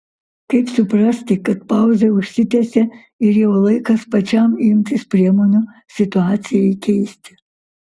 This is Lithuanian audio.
kaip suprasti kad pauzė užsitęsė ir jau laikas pačiam imtis priemonių situacijai keisti